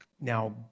now